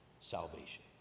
salvation